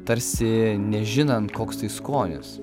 tarsi nežinant koks tai skonis